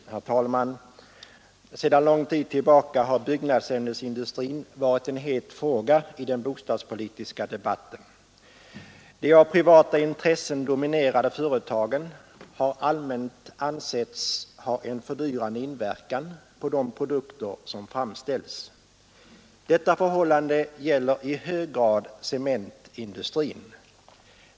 Herr talman! Sedan lång tid tillbaka har byggnadsämnesindustrin varit en het fråga i den bostadspolitiska debatten. De av privata intressen dominerade företagen har allmänt ansetts ha en fördyrande inverkan på de produkter som framställs. Detta förhållande gäller i hög grad cementindustrin.